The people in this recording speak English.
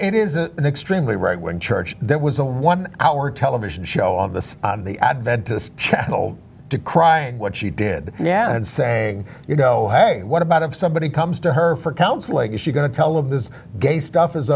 it is an extremely right wing church that was a one hour television show on the adventist channel decrying what she did yeah and saying you go hey what about if somebody comes to her for counseling is she going to tell of this gay stuff is